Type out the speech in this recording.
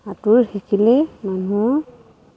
সাঁতোৰ শিকিলেই মানুহ